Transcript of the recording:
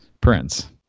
Prince